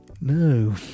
No